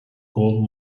gold